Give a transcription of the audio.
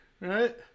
Right